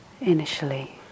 initially